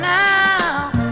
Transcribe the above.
now